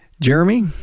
Jeremy